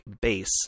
base